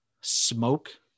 smoke